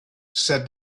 said